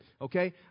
Okay